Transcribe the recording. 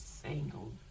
single